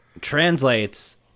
translates